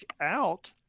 out